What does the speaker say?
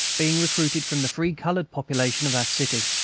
being recruited from the free colored population of that city,